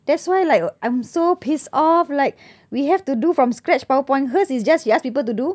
that's why like I'm so pissed off like we have to do from scratch powerpoint hers is just she ask people to do